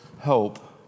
help